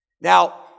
Now